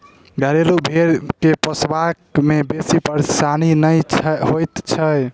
घरेलू भेंड़ के पोसबा मे बेसी परेशानी नै होइत छै